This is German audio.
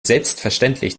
selbstverständlich